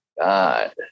god